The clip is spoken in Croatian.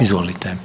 Izvolite.